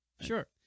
Sure